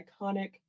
iconic